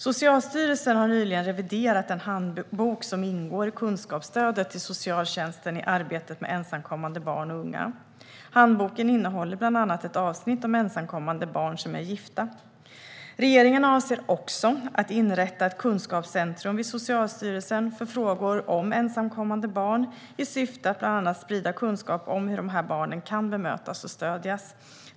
Socialstyrelsen har nyligen reviderat den handbok som ingår i kunskapsstödet till socialtjänsten i arbetet med ensamkommande barn och unga. Handboken innehåller bland annat ett avsnitt om ensamkommande barn som är gifta. Regeringen avser också att inrätta ett kunskapscentrum vid Socialstyrelsen för frågor om ensamkommande barn i syfte att bland annat sprida kunskap om hur de barnen kan bemötas och stödjas.